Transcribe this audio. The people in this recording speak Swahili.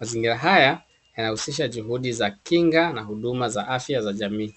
Mazingira haya yanahusisha juhudi za kinga na huduma za afya za jamii.